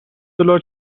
دلار